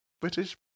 British